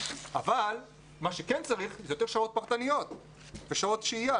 אבל מה שכן צריך יותר שעות פרטניות ושעות שהייה,